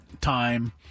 time